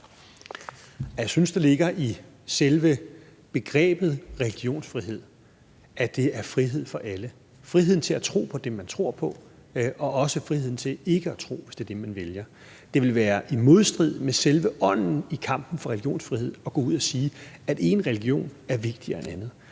Jeg synes, det ligger i selve begrebet religionsfrihed, at det er frihed for alle – friheden til at tro på det, man tror på, og også friheden til ikke at tro, hvis det er det, man vælger. Det ville være i modstrid med selve ånden i kampen for religionsfrihed at gå ud at sige, at én religion er vigtigere end en anden.